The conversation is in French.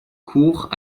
cours